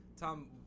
Tom